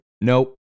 nope